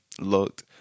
looked